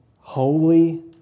Holy